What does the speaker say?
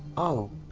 oh,